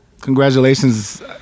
Congratulations